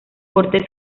cortes